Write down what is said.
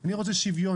אני רוצה שוויון.